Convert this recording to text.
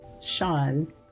Sean